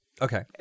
Okay